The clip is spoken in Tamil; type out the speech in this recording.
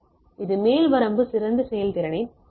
இப்போது மேல் வரம்பு சிறந்த செயல்திறனை 4 எம்